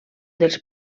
dels